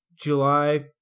July